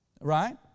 right